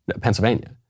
Pennsylvania